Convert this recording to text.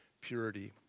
purity